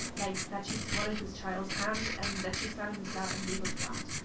like that she swatted his childs hand and that she sat on his lap and wiggled around.